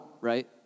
right